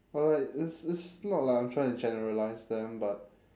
alright it's it's not like I'm trying to generalise them but